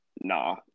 Nah